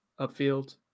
upfield